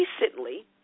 recently